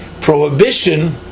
prohibition